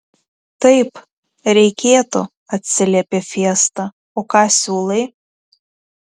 taip reikėtų atsiliepė fiesta o ką siūlai